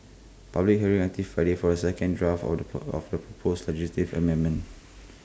public hearing until Friday for the second draft of the of pose legislative amendments